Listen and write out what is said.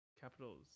Capitals